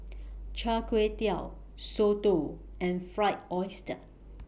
Chai Kuay Tow Soto and Fried Oyster